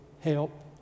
help